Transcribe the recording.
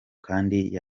kandi